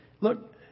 look